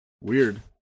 Weird